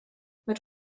mit